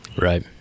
Right